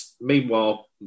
meanwhile